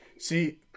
See